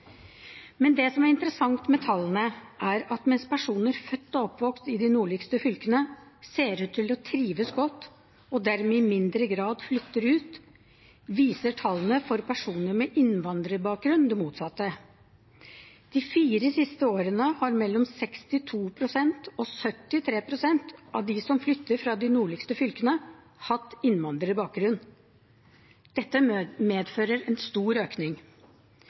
Men det som er interessant med tallene, er at mens personer født og oppvokst i de nordligste fylkene ser ut til å trives godt, og dermed i mindre grad flytter ut, viser tallene for personer med innvandrerbakgrunn det motsatte. De fire siste årene har mellom 62 pst. og 73 pst. av dem som flytter fra de nordligste fylkene, hatt innvandrerbakgrunn. Dette medfører en stor økning.